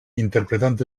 interpretant